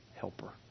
helper